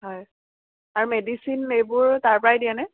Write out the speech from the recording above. হয় আৰু মেডিচিন এইবোৰ তাৰপৰাই দিয়েনে